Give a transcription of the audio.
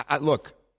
Look